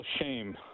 shame